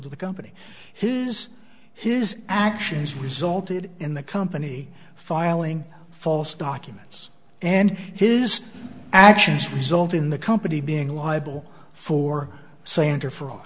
to the company his his actions resulted in the company filing false documents and his actions result in the company being liable for s